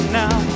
now